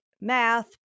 math